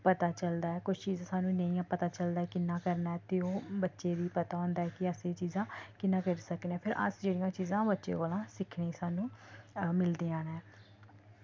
पता चलदा ऐ किश चीजां सानूं नेंई पता चलदा कि'यां करना ऐ ते ओह् बच्चे गी पता होंदा ऐ कि अस एह् चीजां कि'यां करी सकने फिर अस जेह्ड़ी ओह् चीजां बच्चे कोला सिक्खने गी सानूं मिलदियां न